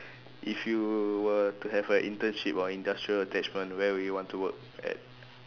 if you were to have a internship or industrial attachment where would you want to work at